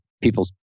people's